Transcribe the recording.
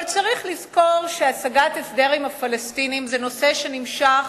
אבל צריך לזכור שהשגת הסדר עם הפלסטינים זה נושא שנמשך